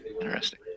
Interesting